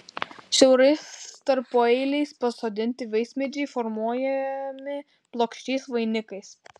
siaurais tarpueiliais pasodinti vaismedžiai formuojami plokščiais vainikais